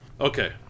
Okay